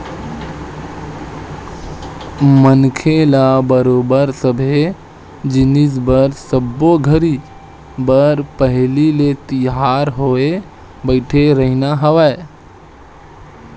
मनखे ल बरोबर सबे जिनिस बर सब्बो घरी बर पहिली ले तियार होय बइठे रहिना हवय